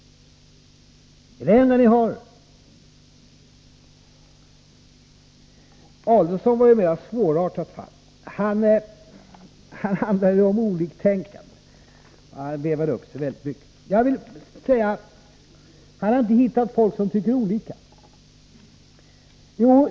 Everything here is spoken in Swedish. Är det det enda ni har? Adelsohn är ett mera svårartat fall. Han talade om oliktänkande och vevade upp sig väldigt mycket. Han sade att han inte hade hittat folk som tycker olika.